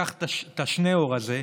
קח את שניאור הזה,